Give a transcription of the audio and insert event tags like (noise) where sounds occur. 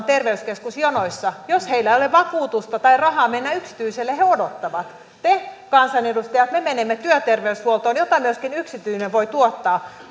(unintelligible) terveyskeskusjonoissa jos heillä ei ole vakuutusta tai rahaa mennä yksityiselle he odottavat me kansanedustajat menemme työterveyshuoltoon jota myöskin yksityinen voi tuottaa (unintelligible)